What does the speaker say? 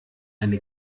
eine